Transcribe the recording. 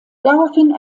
daraufhin